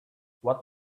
what